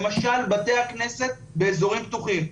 למשל בתי הכנסת באזורים פתוחים,